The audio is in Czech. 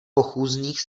pochůzných